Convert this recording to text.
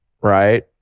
right